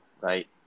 right